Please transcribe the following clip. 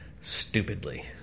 Stupidly